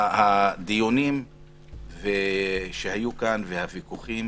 הדיונים שהיו כאן והוויכוחים